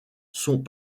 sont